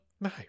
No